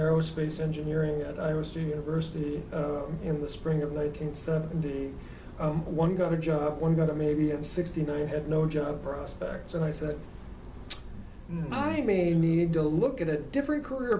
aerospace engineering at iowa state university in the spring of late in seventy one got a job one got a maybe at sixteen i had no job prospects and i said i may need to look at a different career